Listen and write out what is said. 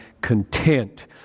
content